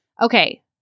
Okay